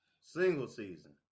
Single-season